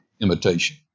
imitation